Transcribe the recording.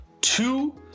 two